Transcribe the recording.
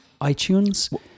iTunes